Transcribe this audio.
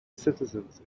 citizens